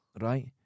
right